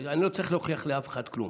אני לא צריך להוכיח לאף אחד כלום.